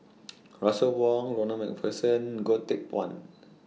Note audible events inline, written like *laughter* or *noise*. *noise* Russel Wong Ronald MacPherson Goh Teck Phuan